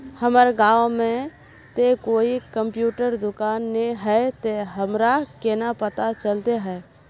हमर गाँव में ते कोई कंप्यूटर दुकान ने है ते हमरा केना पता चलते है?